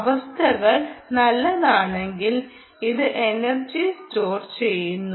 അവസ്ഥകൾ നല്ലതാണെങ്കിൽ ഇത് എനർജി സ്റ്റോർ ചെയ്യുന്നു